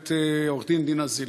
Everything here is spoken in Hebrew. הגברת עורכת-הדין דינה זילבר.